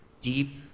Deep